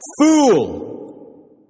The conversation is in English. FOOL